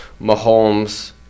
Mahomes